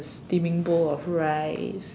steaming bowl of rice